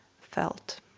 felt